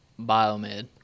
biomed